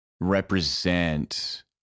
represent